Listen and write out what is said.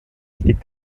stieg